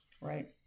Right